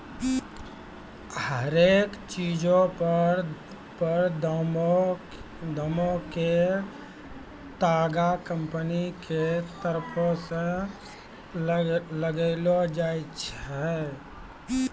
हरेक चीजो पर दामो के तागा कंपनी के तरफो से लगैलो जाय छै